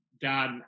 dad